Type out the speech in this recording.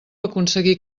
aconseguir